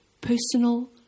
personal